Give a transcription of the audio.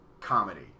comedy